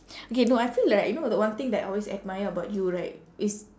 okay no I feel like you know the one thing that I always admire about you right is